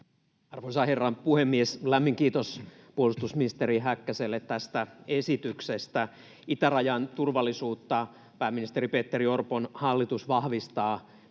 Arvoisa herra puhemies! Lämmin kiitos puolustusministeri Häkkäselle tästä esityksestä. Itärajan turvallisuutta pääministeri Petteri Orpon hallitus vahvistaa